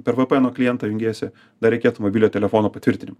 per vpeno klientą jungiesi dar reikėtų mobiliojo telefono patvirtinimo